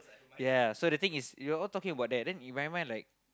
ya so the thing is you are all talking about that then in my mind like